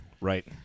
right